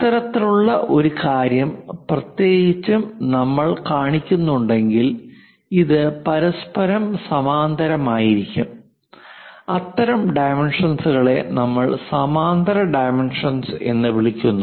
അത്തരത്തിലുള്ള ഒരു കാര്യം പ്രത്യേകിച്ചും നമ്മൾ കാണിക്കുന്നുണ്ടെങ്കിൽ ഇത് പരസ്പരം സമാന്തരമായിരിക്കും അത്തരം ഡൈമെൻഷൻസ്കളെ നമ്മൾ സമാന്തര ഡൈമെൻഷൻസ് എന്ന് വിളിക്കുന്നു